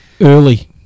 early